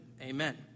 Amen